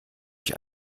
ich